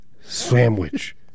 sandwich